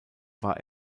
war